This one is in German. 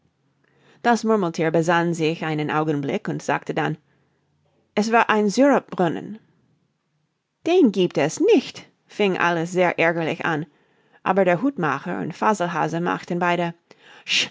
das murmelthier besann sich einen augenblick und sagte dann es war ein syrup brunnen den giebt es nicht fing alice sehr ärgerlich an aber der hutmacher und faselhase machten beide